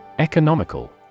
Economical